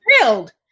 thrilled